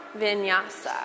Vinyasa